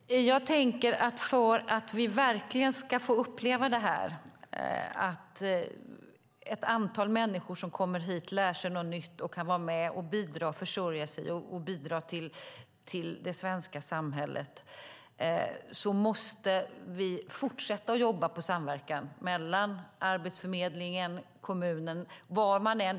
Fru talman! Jag tänker att för att vi verkligen ska få uppleva att ett antal människor som kommer hit lär sig något nytt och kan försörja sig och vara med och bidra till det svenska samhället måste vi fortsätta att jobba på samverkan mellan Arbetsförmedlingen och kommunen.